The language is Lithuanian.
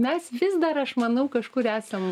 mes vis dar aš manau kažkur esam